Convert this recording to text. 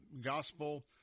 gospel